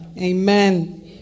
Amen